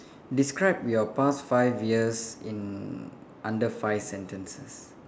describe your past five years in under five sentences